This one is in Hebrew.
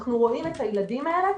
אנחנו רואים את הילדים האלה,